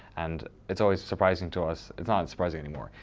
and it's always surprising to us, it's not surprising anymore,